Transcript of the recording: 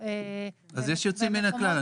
יש יוצא מן הכלל.